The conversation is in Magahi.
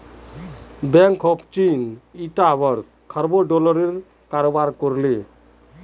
बैंक ऑफ चीन ईटा वर्ष खरबों डॉलरेर कारोबार कर ले